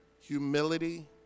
humility